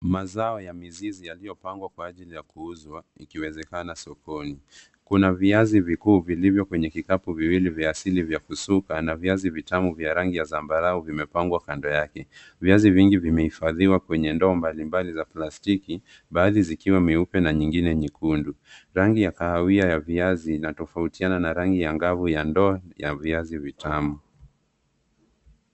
Mazao ya mizizi yaliyopangwa kwa ajili ya kuuzwa ikiwezekana sokoni. Kuna viazi vikuu vilivyo kwenye vikapu viwili vya asili vya kusuka na viazi vitamu vya rangi ya zambarau zimepangwa kando yake. Viazi vingi vimehifadhiwa kwenye ndoo mbalimbali za plastiki baadhi zikiwa meupe na mengine nyekundu. Rangi ya kahawia ya viazi inatofautana na rangi ya ngavu ya ndoo ya viazi vitamu.